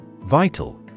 Vital